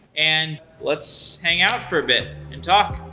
and let's hang out for a bit and talk.